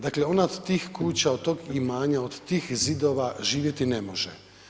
Dakle on od tih kuća, od tog imanja, od tih zidova živjeti ne može.